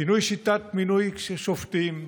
שינוי שיטת מינוי שופטים,